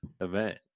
event